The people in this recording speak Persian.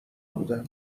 بودم